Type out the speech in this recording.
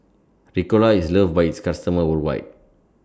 Ricola IS loved By its customers worldwide